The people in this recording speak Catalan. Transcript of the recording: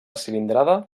cilindrada